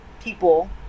people